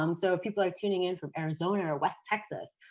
um so, if people are tuning in from arizona or west texas,